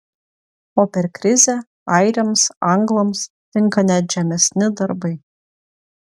o per krizę airiams anglams tinka net žemesni darbai